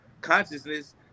consciousness